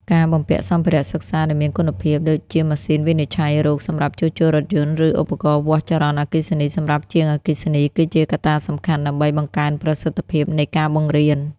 ការបំពាក់សម្ភារៈសិក្សាដែលមានគុណភាព ដូចជាម៉ាស៊ីនវិនិច្ឆ័យរោគសម្រាប់ជួសជុលរថយន្ត ឬឧបករណ៍វាស់ចរន្តអគ្គិសនីសម្រាប់ជាងអគ្គិសនី គឺជាកត្តាសំខាន់ដើម្បីបង្កើនប្រសិទ្ធភាពនៃការបង្រៀន។